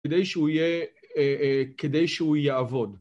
כדי שהוא יהיה, כדי שהוא יעבוד.